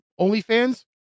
OnlyFans